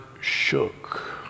shook